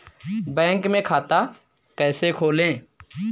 Bank में खाता कैसे खोलें?